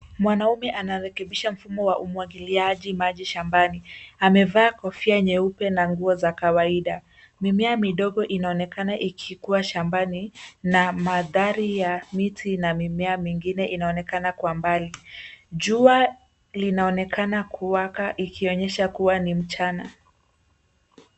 Mwanaume anarekebisha mfumo wa umwagiliaji maji shambani. Amevaa kofia nyeupe na nguo za kawaida. Mimea midogo inaonekana ikikua shambani na mandhari ya miti na mimea mingine inaonekana kwa mbali. Jua linaonekana kuwaka ikionyesha kuwa ni mchana.